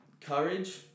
courage